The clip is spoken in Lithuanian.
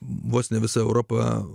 vos ne visa europa